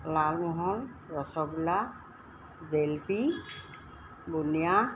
Lalmohan rasgulla jalebi বুন্দিয়া